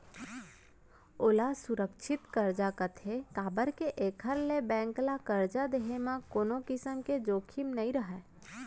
ओला सुरक्छित करजा कथें काबर के एकर ले बेंक ल करजा देहे म कोनों किसम के जोखिम नइ रहय